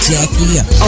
Jackie